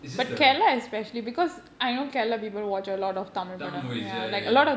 it's just the tamil movies ya ya ya